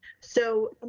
so,